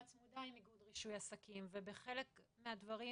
צמודה עם רישוי עסקים ובחלק מהדברים